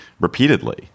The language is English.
repeatedly